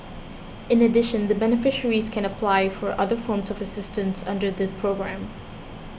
in addition the beneficiaries can apply for other forms of assistance under the programme